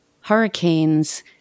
hurricanes